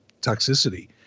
toxicity